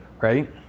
Right